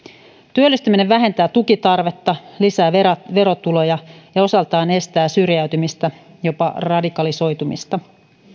työllistyminen vähentää tukitarvetta lisää verotuloja ja osaltaan estää syrjäytymistä jopa radikalisoitumista